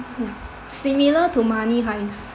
similar to Money Heist